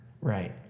Right